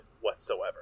whatsoever